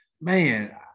man